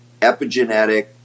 epigenetic